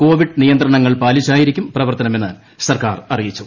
Covid നിയന്ത്രണങ്ങൾ പാലിച്ചായിരിക്കും പ്രവർത്തനമെന്ന് സർക്കാർ അറിയിച്ചു